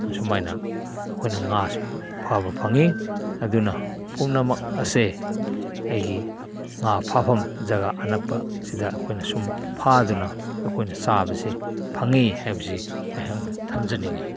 ꯑꯁꯨꯃꯥꯏꯅ ꯑꯩꯈꯣꯏꯅ ꯉꯥꯁꯦ ꯐꯥꯕ ꯐꯪꯉꯤ ꯑꯗꯨꯅ ꯄꯨꯝꯅꯃꯛ ꯑꯁꯦ ꯑꯩꯒꯤ ꯉꯥ ꯐꯥꯐꯝ ꯖꯒꯥ ꯑꯅꯛꯄ ꯑꯁꯤꯗ ꯑꯨꯈꯣꯏꯅ ꯁꯨꯝ ꯐꯥꯗꯨꯅ ꯑꯩꯈꯣꯏꯅ ꯆꯥꯕꯁꯦ ꯐꯪꯉꯤ ꯍꯥꯏꯕꯁꯦ ꯑꯩꯍꯥꯛꯅ ꯊꯝꯖꯅꯤꯡꯉꯤ